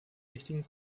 richtigen